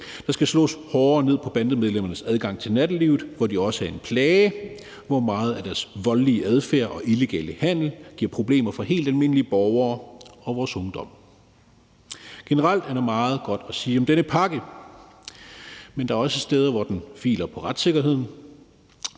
Der skal slås hårdere ned på bandemedlemmernes adgang til nattelivet, hvor de også er en plage, og hvor meget af deres voldelige adfærd og illegale handel giver problemer for helt almindelige borgere og vores ungdom. Generelt er der meget godt at sige om denne pakke, men der er også steder, hvor den filer på retssikkerheden.